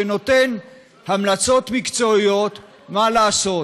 שנותן המלצות מקצועיות מה לעשות,